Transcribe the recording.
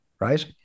right